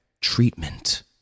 treatment